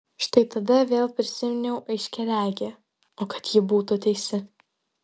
štai tada vėl prisiminiau aiškiaregę o kad ji būtų teisi